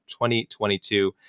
2022